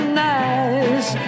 nice